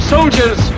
Soldiers